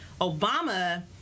Obama